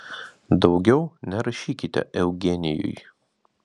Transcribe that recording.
daugiau nerašykite eugenijui